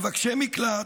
מבקשי מקלט,